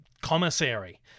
commissary